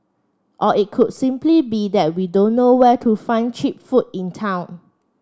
or it could simply be that we don't know where to find cheap food in town